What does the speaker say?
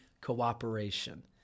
cooperation